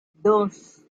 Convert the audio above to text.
dos